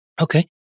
Okay